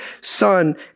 son